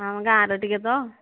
ଆମେ ଗାଁର ଟିକେ ତ